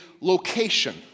location